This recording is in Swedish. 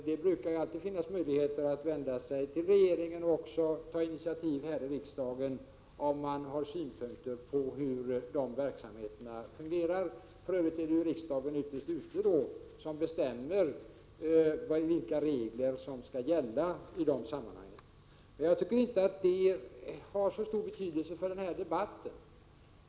Det brukar finnas möjligheter att vända sig till regeringen eller att ta initiativ här i riksdagen, om man har synpunkter på hur de här verksamheterna fungerar. För övrigt är det ju ytterst riksdagen som bestämmer vilka regler som skall gälla i dessa sammanhang. Jag tycker inte att det har särskilt stor betydelse för den här debatten.